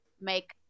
make